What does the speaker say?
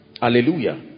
Hallelujah